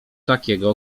takiego